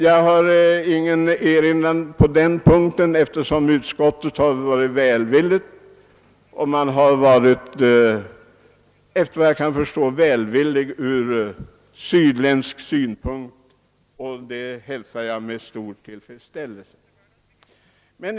Jag har ingen erinran att göra på den punkten; utskottet har visat sydsvensk välvilja mot Göteborg och det hälsar jag med stor tillfredsställelse.